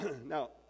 Now